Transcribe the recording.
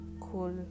cool